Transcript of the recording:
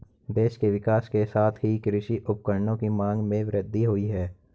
देश के विकास के साथ ही कृषि उपकरणों की मांग में वृद्धि हुयी है